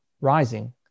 rising